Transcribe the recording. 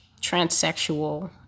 transsexual